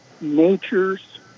nature's